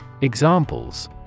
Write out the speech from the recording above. Examples